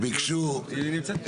היא נמצאת פה.